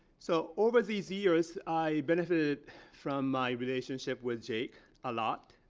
so over these years, i benefited from my relationship with jake a lot,